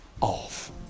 off